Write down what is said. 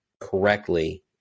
correctly